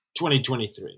2023